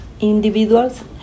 individuals